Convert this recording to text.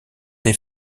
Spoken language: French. des